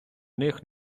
них